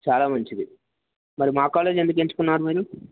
చాలా మంచిది మరి మా కాలేజ్ ఎందుకు ఎంచుకున్నారు మీరు